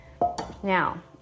Now